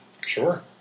Sure